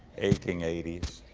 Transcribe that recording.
aching eighties,